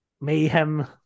mayhem